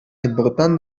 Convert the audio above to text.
important